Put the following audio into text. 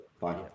Fine